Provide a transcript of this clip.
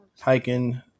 hiking